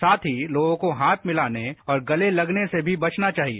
साथ ही लोगों को हाथ मिलाने और गले गलने से भी बचना चाहिए